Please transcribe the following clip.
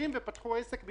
זה מסלול מבורך.